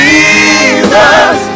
Jesus